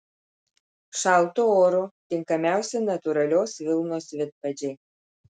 šaltu oru tinkamiausi natūralios vilnos vidpadžiai